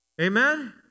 Amen